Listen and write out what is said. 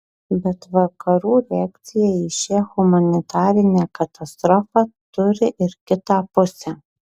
bet vakarų reakcija į šią humanitarinę katastrofą turi ir kitą pusę